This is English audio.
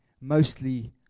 mostly